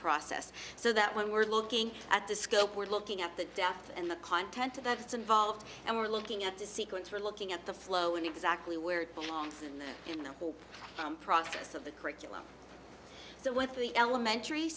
process so that when we're looking at the scope we're looking at the depth and the content that's involved and we're looking at the sequence we're looking at the flow and exactly where it belongs in the whole process of the curriculum so with the elementary